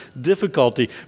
difficulty